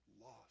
lost